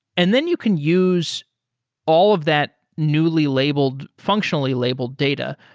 and then you can use all of that newly labeled, functionally-labeled data,